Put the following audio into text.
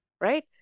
right